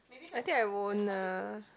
I think I won't ah